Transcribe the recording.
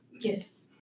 Yes